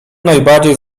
najbardziej